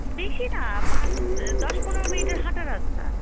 বেশি না পাঁচ দশ পনেরো মিনিটের হাঁটা রাস্তা